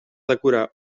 decorar